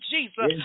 Jesus